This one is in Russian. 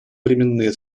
временные